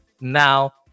now